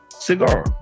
Cigar